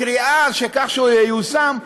הקריאה לכך שהוא ייושם,